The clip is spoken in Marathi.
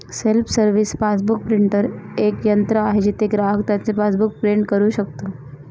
सेल्फ सर्व्हिस पासबुक प्रिंटर एक यंत्र आहे जिथे ग्राहक त्याचे पासबुक प्रिंट करू शकतो